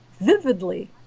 vividly